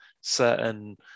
certain